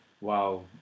wow